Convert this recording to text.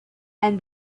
and